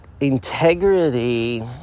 Integrity